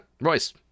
Royce